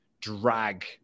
drag